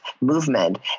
movement